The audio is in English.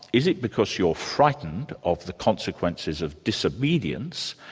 is it because you're frightened of the consequences of disobedience,